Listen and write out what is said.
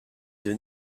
des